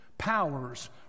powers